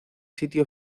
sitio